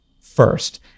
first